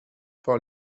par